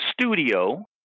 studio